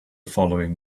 following